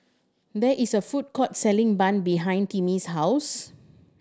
there is a food court selling bun behind Timmy's house